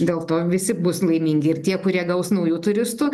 dėl to visi bus laimingi ir tie kurie gaus naujų turistų